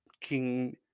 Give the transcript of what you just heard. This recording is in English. King